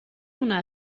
donar